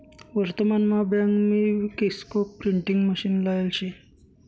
वर्तमान मा बँक नी किओस्क प्रिंटिंग मशीन लायेल शे